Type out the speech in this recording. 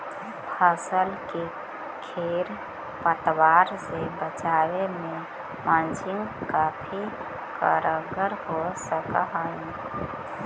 फसल के खेर पतवार से बचावे में मल्चिंग काफी कारगर हो सकऽ हई